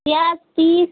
प्याज तीस